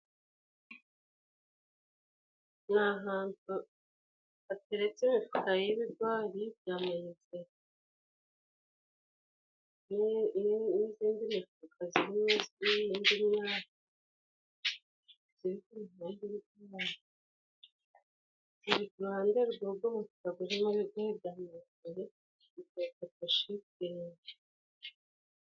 Ni ahantu hateretse imifuka y'ibigori bya mayizori n'izindi mifuka ziri munsi y'indi myaka .